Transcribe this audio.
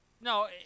no